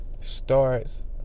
starts